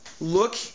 look